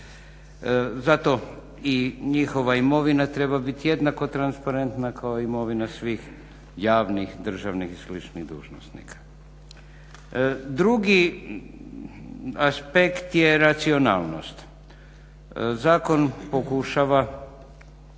Zato i njihova imovina treba biti jednako transparenta kao i imovina svih javnih državnih i sličnih dužnosnika. Drugi aspekt je racionalnost. Zakon pokušava